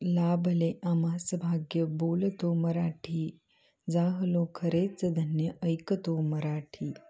लाभले आम्हास भाग्य बोलतो मराठी जाहलो खरेच धन्य ऐकतो मराठी